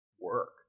work